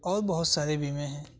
اور بہت سارے بیمے ہیں